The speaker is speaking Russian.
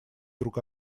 друг